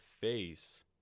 face